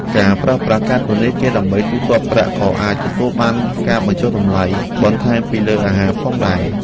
ការប្រើប្រាស់កាតធនាគារដើម្បីទូទាត់ប្រាក់ក៏អាចទទួលបានការបញ្ចុះតម្លៃបន្ថែមពីលើតម្លៃអាហារផងដែរ។